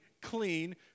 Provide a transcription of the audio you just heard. clean